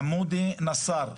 חמודי נסאר,